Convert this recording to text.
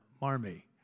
Marmee